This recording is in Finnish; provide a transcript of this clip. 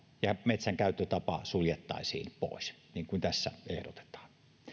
ja metsänkäyttötapa suljettaisiin pois niin kuin tässä ehdotetaan